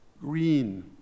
green